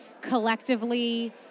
collectively